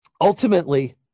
ultimately